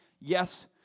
Yes